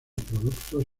productos